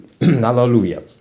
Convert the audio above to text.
Hallelujah